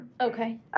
Okay